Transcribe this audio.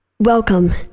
Welcome